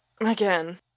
Again